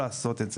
לעשות את זה.